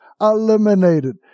eliminated